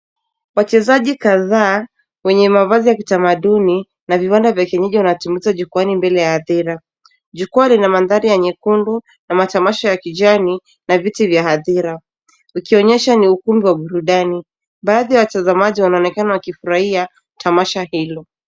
Wachezaji kadhaa, wenye mavazi ya kitamaduni na vibanda vya kienyeji wanatumbuiza jukwaani mbele ya hadhira, jukwaa lina mandhari ya nyekundu na matamasha ya kijani na viti vya hadhira. Ukionyesha ni ukumbi wa burudani. Baadhi ya watazamaji wanaonekana wakifurahia tamasha hilo.